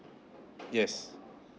yes